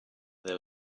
there